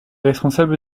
responsable